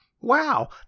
Wow